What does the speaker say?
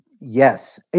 yes